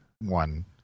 one